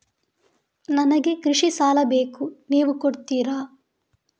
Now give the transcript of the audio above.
ನನಗೆ ಕೃಷಿ ಸಾಲ ಬೇಕು ನೀವು ಕೊಡ್ತೀರಾ?